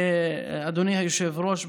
אדוני היושב-ראש,